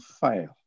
fail